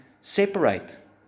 separate